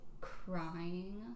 crying